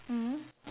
mm